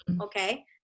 okay